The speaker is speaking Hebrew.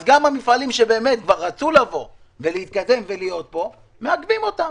אז גם המפעלים שרצו לבוא ולהתקדם ולהיות פה מעכבים אותם.